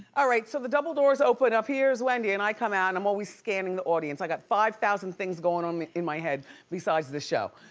all right, so the double doors open up, here's wendy and i come out and i'm always scanning the audience. i've got five thousand things going on in my head besides the show.